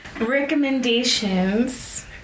recommendations